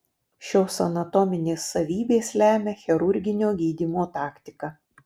šios anatominės savybės lemia chirurginio gydymo taktiką